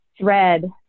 thread